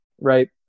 right